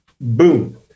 boom